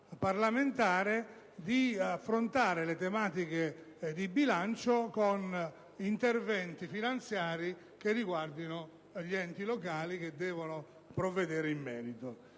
parlamentare, ad affrontare le tematiche di bilancio con interventi finanziari che riguardino gli enti locali che devono provvedere in merito.